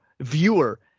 viewer